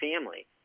family